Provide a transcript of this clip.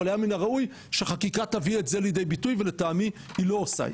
אבל היה מן הראוי שחקיקה תביא את זה לידי ביטוי ולטעמי היא לא עושה.